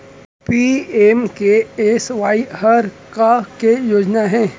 PMKSY हर का के योजना हे?